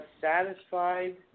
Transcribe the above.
satisfied